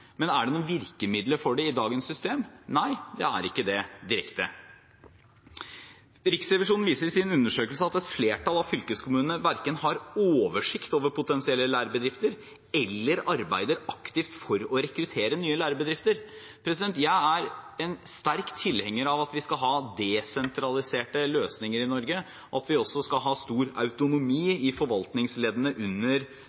men er det noen virkemidler for det i dagens system? Nei, det er det ikke direkte. Riksrevisjonen viser i sin undersøkelse at et flertall av fylkeskommunene verken har oversikt over potensielle lærebedrifter eller arbeider aktivt for å rekruttere nye lærebedrifter. Jeg er sterkt tilhenger av at vi skal ha desentraliserte løsninger i Norge, og at vi også skal ha stor